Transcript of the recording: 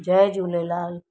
Jay Jhulelal